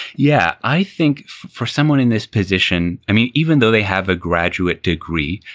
yeah. i think for someone in this position, i mean, even though they have a graduate degree.